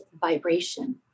vibration